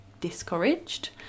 discouraged